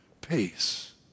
Peace